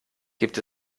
gibt